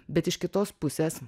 bet iš kitos pusės